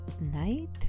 night